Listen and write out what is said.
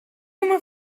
uma